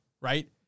Right